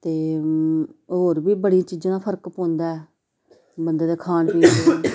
ते होर बी बड़ी चीजें दा फर्क पौंदा ऐ बंदे दा खान पीन